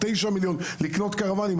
9 מיליון שקל כדי לקנות קרוואנים.